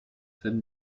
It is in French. cette